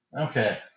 Okay